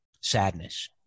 sadness